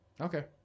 Okay